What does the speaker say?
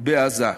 בעזה.